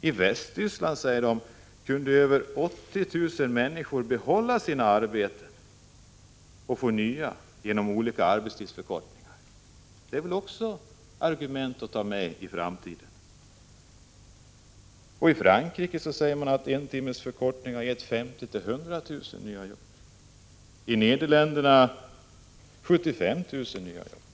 I Västtyskland, säger man vidare, kunde över 80 000 människor behålla sina arbeten och även få nya genom olika typer av arbetstidsförkortning. Sådana argument är väl också värda att beakta i framtiden. Vidare säger man att en förkortning av arbetstiden med en timme i Frankrike har gett 50 000-100 000 nya jobb. I Nederländerna har en förkortning av arbetstiden gett 75 000 nya jobb.